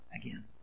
again